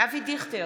אבי דיכטר,